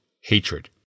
Hatred